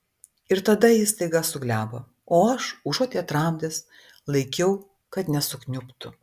ir tada ji staiga suglebo o aš užuot ją tramdęs laikiau kad nesukniubtų